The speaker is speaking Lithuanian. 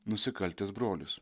nusikaltęs brolis